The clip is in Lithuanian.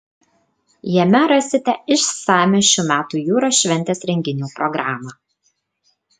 jame rasite išsamią šių metų jūros šventės renginių programą